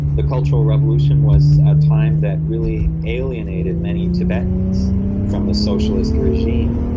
the cultural revolution was a time that really alienated many tibetans from the socialist regime.